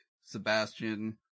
Sebastian